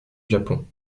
japon